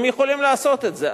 הם יכולים לעשות את זה.